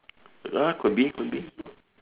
ah could be could be